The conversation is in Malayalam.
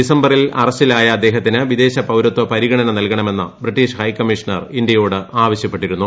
ഡിസംബറിൽ അറസ്റ്റിലായ അദ്ദേഹത്തിന് വിദേശപൌരത്വ പരിഗണന നൽകണമെന്ന് ബ്രിട്ടീഷ് ഹൈക്കമ്മീഷൻ ഇന്ത്യയോട് ആവശ്യപ്പെട്ടിരുന്നു